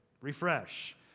Refresh